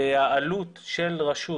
שהעלות של רשות